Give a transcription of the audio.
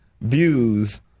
views